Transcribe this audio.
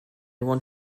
want